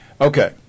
Okay